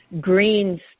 greens